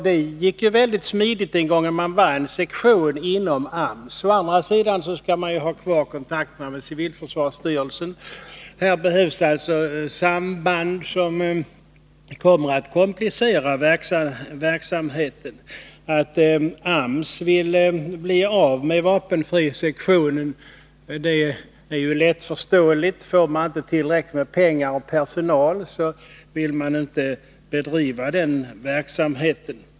Det gick mycket smidigt när man var en sektion inom AMS. Samtidigt skall man ha kvar kontakterna med civilförsvarsstyrelsen. Här behövs alltså samband som kommer att komplicera verksamheten. Att arbetsmarknadsstyrelsen vill bli av med vapenfrisektionen är lättförståeligt. Får man inte tillräckligt med pengar och personal, så vill man inte bedriva verksamheten.